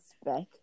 spec